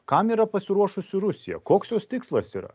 kam yra pasiruošusi rusija koks jos tikslas yra